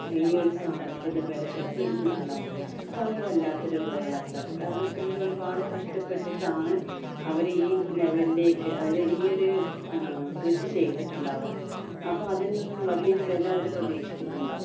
ഈയൊരു സാധനത്തിൻ്റെ വില ചിലപ്പോൾ ഇടിഞ്ഞിട്ടുണ്ടാവും അപ്പോൾ അതൊരു വല്ലാത്തൊരു പ്രയാസമാണ് കാരണം ഇവർ ഒരുപാട് കഷ്ടപ്പെട്ടിട്ട് ആണ് അവർ ഈ ലെവലിലേക്ക് അതായത് ഈയൊരു കൃഷി ചെയ്തിട്ടുണ്ടാവുക അപ്പോൾ അതിൽനിന്നും വലിയൊരു വില അവർ പ്രതീക്ഷിക്കുന്നുണ്ടാവും